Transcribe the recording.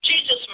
Jesus